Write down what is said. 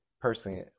personally